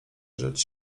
rzecz